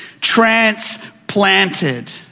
Transplanted